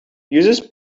uses